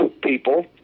people